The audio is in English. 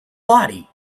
body